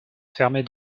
fermez